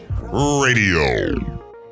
Radio